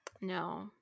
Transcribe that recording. No